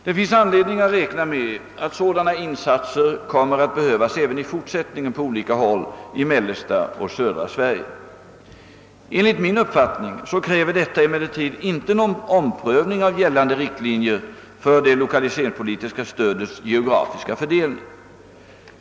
Det finns anledning att räkna med att sådana insatser kommer att behövas även i fortsättningen på olika håll i mellersta och södra Sverige. Enligt min uppfattning kräver detta emellertid inte någon omprövning av gällande riktlin jer för det lokaliseringspolitiska stödets geografiska fördelning.